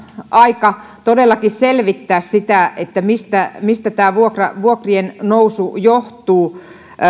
aika selvittää sitä mistä mistä tämä vuokrien nousu johtuu